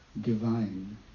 divine